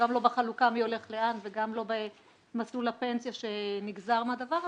גם לא בחלוקה מי הולך לאן וגם לא במסלול הפנסיה שנגזר מהדבר הזה,